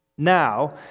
Now